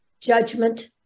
judgment